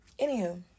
anywho